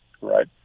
right